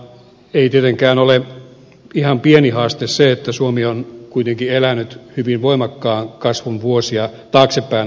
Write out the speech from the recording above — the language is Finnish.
ei tietenkään ole ihan pieni haaste se että suomi on kuitenkin elänyt hyvin voimakkaan kasvun vuosia taaksepäin ajateltuna